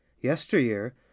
Yesteryear